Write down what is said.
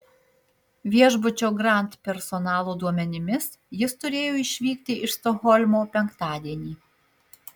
viešbučio grand personalo duomenimis jis turėjo išvykti iš stokholmo penktadienį